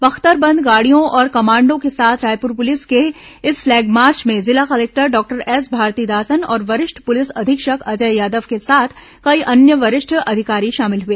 बख्तरबंद गाड़ियों और कमांडों के साथ रायपुर पुलिस के इस फ्लैग मार्च में जिला कलेक्टर डॉक्टर एस भारतीदासन और वरिष्ठ पुलिस अधीक्षक अजय यादव के साथ कई अन्य वरिष्ठ अधिकारी शामिल हुए